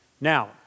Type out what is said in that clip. Now